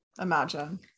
Imagine